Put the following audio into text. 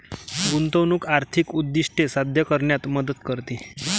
गुंतवणूक आर्थिक उद्दिष्टे साध्य करण्यात मदत करते